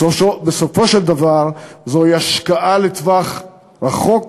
בסופו של דבר הוא השקעה לטווח ארוך,